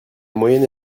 moyenne